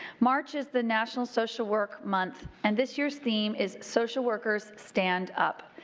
march is the national social work month and this year's theme is social workers stand up!